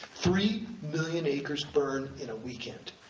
three million acres burned in a weekend,